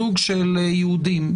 זוג של יהודים,